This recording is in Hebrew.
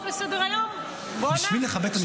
לסדר-היום -- בשביל לכבד את המשפחות.